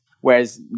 Whereas